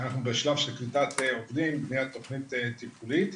אנחנו בשלב של קליטת עובדים, בניית תכנית תפעולית.